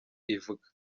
ivuga